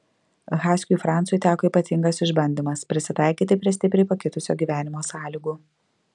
haskiui francui teko ypatingas išbandymas prisitaikyti prie stipriai pakitusio gyvenimo sąlygų